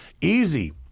easy